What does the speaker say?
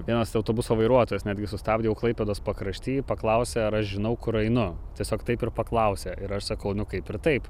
vienas autobuso vairuotojas netgi sustabdė jau klaipėdos pakrašty paklausė ar aš žinau kur einu tiesiog taip ir paklausė ir aš sakau nu kaip ir taip